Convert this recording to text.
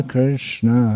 Krishna